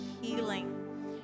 healing